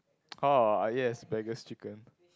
uh yes beggar's chicken